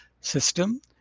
system